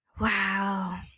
Wow